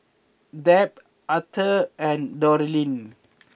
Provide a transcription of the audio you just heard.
Deb Arthur and Dorine